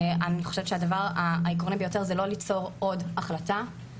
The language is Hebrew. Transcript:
הדבר העקרוני ביותר זה לא ליצור עוד החלטה,